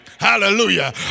hallelujah